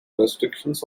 restrictions